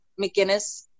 McGinnis